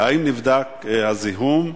1. האם נבדק הזיהום?